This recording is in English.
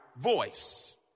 voice